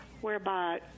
whereby